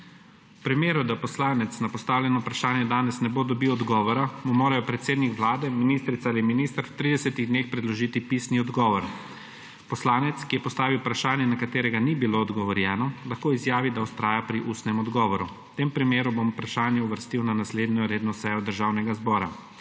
V primeru da poslanec na postavljeno vprašanje danes ne bo dobil odgovora, mu mora predsednik Vlade, ministrica li minister v 30 dneh predložiti pisni odgovor. Poslanec, ki je postavil vprašanje, na katerega ni bilo odgovorjeno, lahko izjavi, da vztraja pri ustnem odgovoru. V tem primeru bom vprašanje uvrstil na naslednjo redno sejo Državnega zbora.